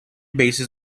bases